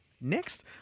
next